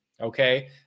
okay